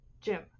Jim